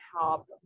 help